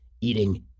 eating